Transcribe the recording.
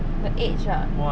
the edge ah